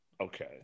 Okay